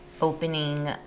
opening